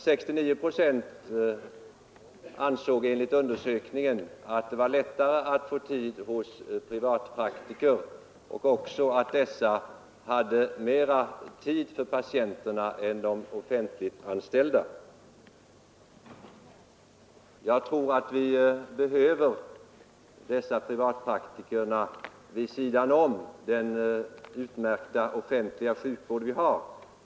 69 procent menade enligt undersökningen att det var lättare att få tid hos privatpraktiker och att dessa hade mera tid för patienterna än Nr 90 de otfentliganstallda läkarna. å i End ! Måndagen den Jag tror att vi behöver privatpraktikerna vid sidan om den utmärkta 27 maj 1974 offentliga sjukvård vi har.